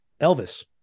Elvis